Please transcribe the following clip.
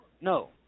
No